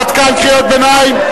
עד כאן קריאות ביניים.